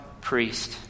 priest